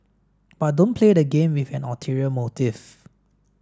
but don't play the game with an ulterior motive